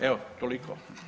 Evo toliko.